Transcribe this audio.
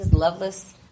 loveless